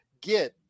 get